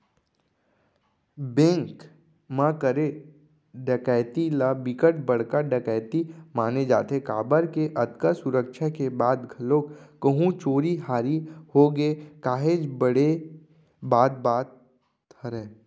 bank म करे डकैती ल बिकट बड़का डकैती माने जाथे काबर के अतका सुरक्छा के बाद घलोक कहूं चोरी हारी होगे काहेच बड़े बात बात हरय